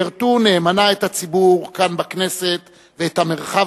שירתו נאמנה את הציבור כאן בכנסת ואת המרחב